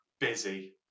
busy